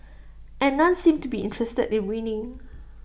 and none seemed to be interested in winning